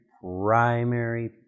primary